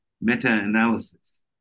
meta-analysis